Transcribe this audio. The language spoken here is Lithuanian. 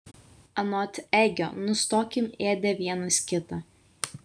anot egio nustokim ėdę vienas kitą